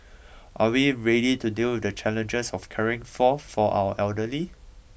are we ready to deal with the challenges of caring for for our elderly